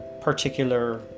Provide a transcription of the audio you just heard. particular